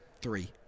Three